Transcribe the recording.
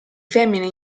femmine